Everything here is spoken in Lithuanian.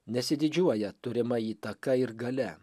nesididžiuoja turima įtaka ir galia